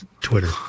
Twitter